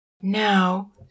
Now